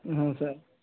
ہوں سر